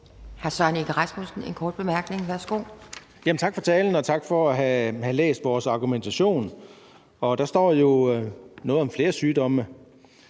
Søren Egge Rasmussen (EL): Tak for talen, og tak for at have læst vores argumentation. Der står jo noget om flere sygdomme.